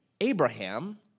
Abraham